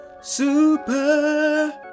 super